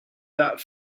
that